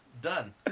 done